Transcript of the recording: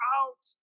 out